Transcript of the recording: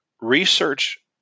research